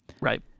Right